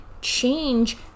change